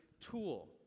tool